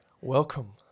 welcome